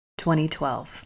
2012